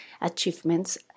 achievements